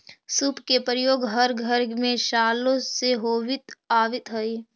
सूप के प्रयोग हर घर में सालो से होवित आवित हई